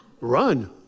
run